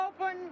Open